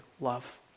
love